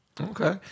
Okay